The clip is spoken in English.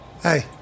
Hey